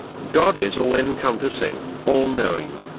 god is all-encompassing, all-knowing.